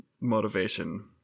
motivation